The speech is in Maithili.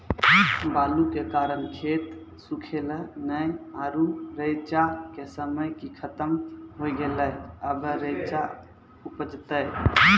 बालू के कारण खेत सुखले नेय आरु रेचा के समय ही खत्म होय गेलै, अबे रेचा उपजते?